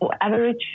average